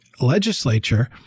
legislature